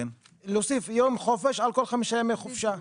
להוסיף יום חופש על כל שישה ימי חופשה.